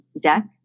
deck